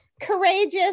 courageous